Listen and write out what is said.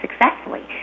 successfully